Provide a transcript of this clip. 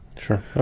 Sure